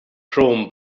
chrome